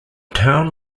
town